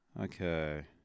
Okay